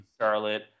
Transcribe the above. Charlotte